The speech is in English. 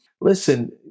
listen